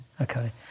Okay